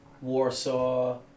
Warsaw